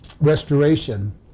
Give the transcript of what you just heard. restoration